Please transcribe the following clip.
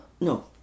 No